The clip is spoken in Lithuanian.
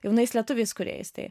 jaunais lietuviais kūrėjais tai